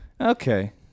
Okay